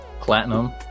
platinum